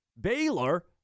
Baylor